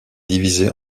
divisés